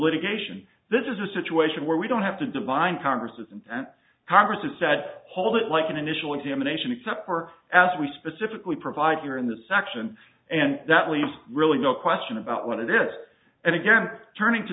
litigation this is a situation where we don't have to divine congress and congress it's that whole bit like an initial examination except for as we specifically provide here in the section and that leaves really no question about what it is and again turning to